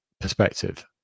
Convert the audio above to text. perspective